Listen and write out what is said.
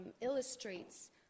illustrates